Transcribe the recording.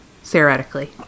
Theoretically